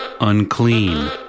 unclean